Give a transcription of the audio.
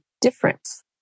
difference